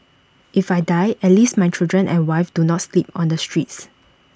if I die at least my children and wife do not sleep on the streets